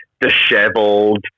disheveled